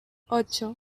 ocho